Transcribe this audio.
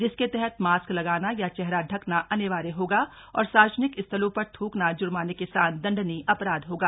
जिसके तहत मास्क लगाना या चेहरा ढकना अनिवार्य होगा और सार्वजनिक स्थलों पर थ्रकना जुर्माने के साथ दण्डनीय अपराध होगा